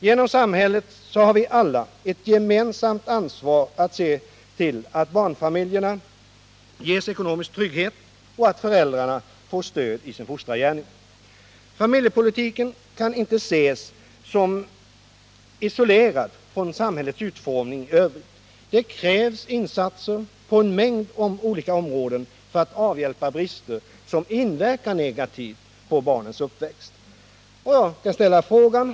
Genom samhället har vi alla ett gemensamt ansvar att se till att barnfamiljerna ges ekonomisk trygghet och att föräldrarna får stöd i sin fostrargärning. Familjepolitiken kan inte ses isolerad från samhällets utformning i övrigt. Det krävs insatser på en mängd olika områden för att avhjälpa brister som inverkar negativt på barnens uppväxt.